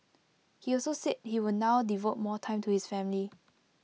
he also said he will now devote more time to his family